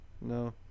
No